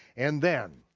and then,